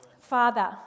Father